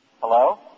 Hello